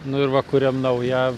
nu ir va kuriam naują